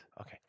Okay